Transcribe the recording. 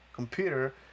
computer